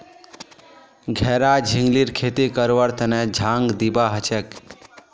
घेरा झिंगलीर खेती करवार तने झांग दिबा हछेक